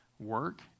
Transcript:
work